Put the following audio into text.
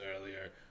earlier